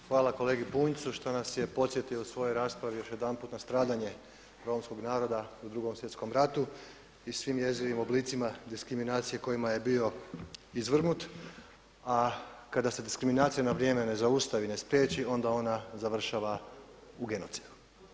I hvala kolegi Bunjcu što nas je podsjetio u svojoj raspravi još jedanput na stradanje Romskog naroda u Drugom svjetskom ratu i svim njezinim oblicima diskriminacije kojima je bio izvrgnut a kada se diskriminacija na vrijeme ne zaustavi, ne spriječi onda ona završava u genocidu.